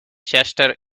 chester